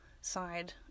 side